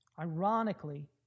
ironically